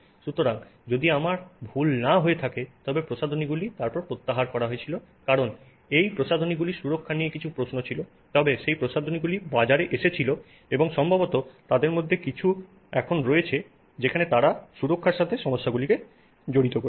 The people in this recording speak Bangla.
সুতরাং যদি আমার ভুল না হয়ে থাকে তবে প্রসাধনীগুলি তারপর প্রত্যাহার করা হয়েছিল কারণ এই প্রসাধনীগুলির সুরক্ষা নিয়ে কিছু প্রশ্ন ছিল তবে সেই প্রসাধনীগুলি বাজারে এসেছিল এবং সম্ভবত তাদের মধ্যে কিছু এখন রয়েছে যেখানে তারা সুরক্ষার সমস্যাগুলিকে জড়িত করেছে